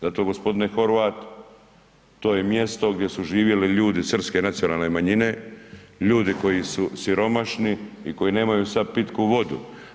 Zato gospodine Horvat to je mjesto gdje su živjeli ljudi srpske nacionalne manjine, ljudi koji su siromašni i koji nemaju sad pitku vodu.